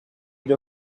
age